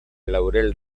laurel